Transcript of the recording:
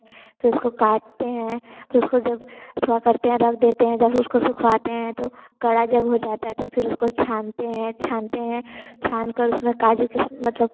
फिर उसको काटते हैं फिर उसको जब करते हैं रख देते हैं जब उसको सुखाते हैं तो कड़ा जब हो जाता है तो फिर उसको छानते हैं छानते हैं छानकर उसमें काजू के मतलब